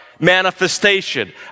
Manifestation